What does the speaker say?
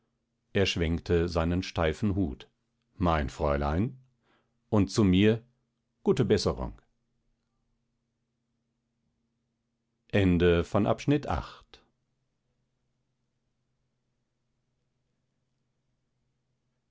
er schwenkte seinen steifen schwarzen hut mein fräulein und zu mir gute besserung